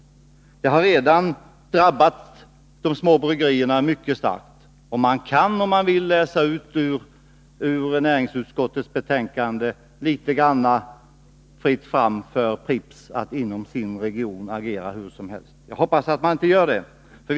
Utvecklingen har redan drabbat de små bryggerierna mycket hårt, och man kan, om man vill, läsa ut ur skrivningarna i näringsutskottets betänkande att det i viss mån är fritt fram för Pripps att inom sin egen region agera hur som helst. Jag hoppas att de små bryggerierna inte skall försvinna.